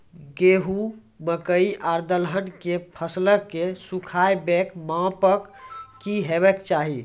गेहूँ, मकई आर दलहन के फसलक सुखाबैक मापक की हेवाक चाही?